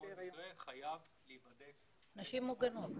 כל מקרה חייב להיבדק לגופו.